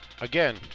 again